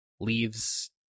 leaves